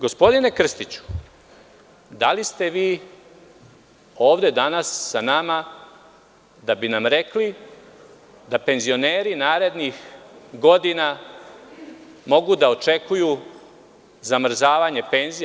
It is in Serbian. Gospodine Krstiću, da li ste vi ovde danas sa nama da bi nam rekli da penzioneri narednih godina mogu da očekuju zamrzavanje penzija?